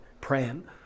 praying